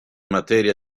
materia